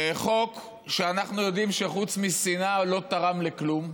זה חוק שאנחנו יודעים שחוץ משנאה לא תרם לכלום.